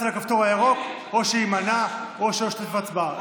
על הכפתור הירוק או שיימנע או שלא ישתתף בהצבעה.